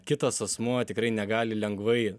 kitas asmuo tikrai negali lengvai